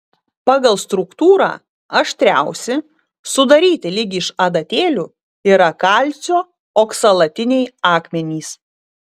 pagal struktūrą aštriausi sudaryti lyg iš adatėlių yra kalcio oksalatiniai akmenys